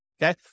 Okay